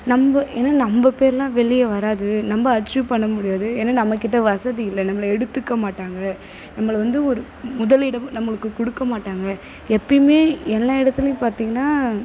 நம்ம ஏன்னா நம்ம பேர்லாம் வெளிய வராது நம்ம அச்சீவ் பண்ண முடியாது ஏன்னா நம்மக்கிட்ட வசதி இல்லை நம்மளை எடுத்துக்க மாட்டாங்க நம்மளை வந்து ஒரு முதலிடம் நம்மளுக்கு கொடுக்க மாட்டாங்க எப்பவுமே எல்லா இடத்திலயுமே பார்த்திங்கனா